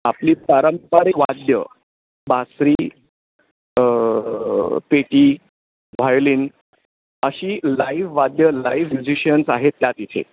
आपली पारंपरिक वाद्यं बासरी पेटी व्हायोलीन अशी लाईव वाद्यं लाईव म्युझिशियन्स आहेत त्या तिथे